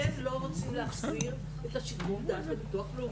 אתם לא רוצים --- את שיקול הדעת של ביטוח לאומי.